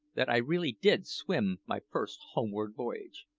that i really did swim my first homeward voyage.